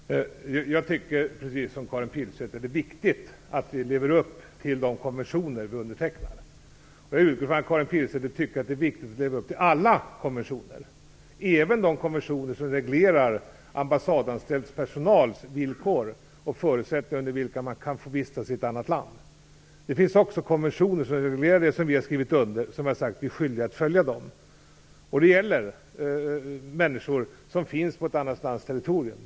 Herr talman! Jag tycker precis som Karin Pilsäter att det är viktigt att vi lever upp till de konventioner vi undertecknar. Jag utgår från att Karin Pilsäter tycker att det är viktigt att leva upp till alla konventioner - även de konventioner som reglerar ambassadanställd personals villkor och de förutsättningar under vilka de kan få vistats i annat land. Det finns konventioner som reglerar också detta, som vi har skrivit under. Vi är skyldiga att följa dem. Det gäller människor som finns på ett annat lands territorium.